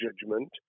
judgment